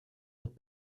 mit